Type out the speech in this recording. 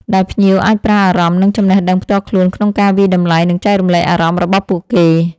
ដែលភ្ញៀវអាចប្រើអារម្មណ៍ និងចំណេះដឹងផ្ទាល់ខ្លួនក្នុងការវាយតម្លៃ និងចែករំលែកអារម្មណ៍របស់ពួកគេ។